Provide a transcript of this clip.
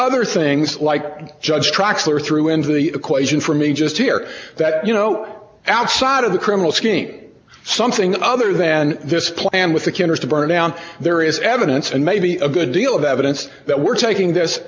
other things like judge traxler threw into the equation for me just here that you know outside of the criminal scheme something other than this plan with the killers to burn down there is evidence and maybe a good deal of evidence that we're taking this